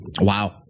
Wow